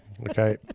Okay